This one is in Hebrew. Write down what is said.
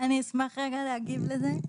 --- אני אשמח להגיב לזה רגע.